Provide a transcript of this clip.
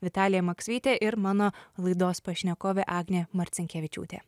vitalija maksvytė ir mano laidos pašnekovė agnė marcinkevičiūtė